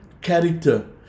character